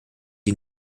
die